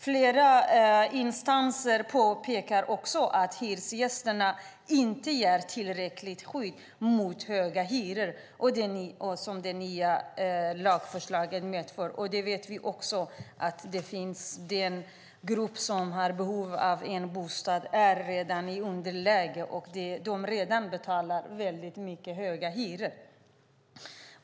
Flera instanser påpekar också att det nya lagförslaget medför att hyresgästerna inte ges tillräckligt skydd mot höga hyror. Vi vet att det finns en grupp som har behov av en bostad som redan är i underläge, och de betalar redan väldigt höga hyror.